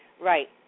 Right